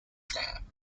dam